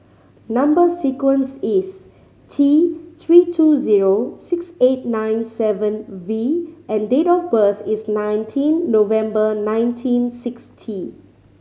number sequence is T Three two zero six eight nine seven V and date of birth is nineteen November nineteen sixty